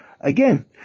again